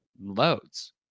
loads